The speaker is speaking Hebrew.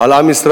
על עם ישראל.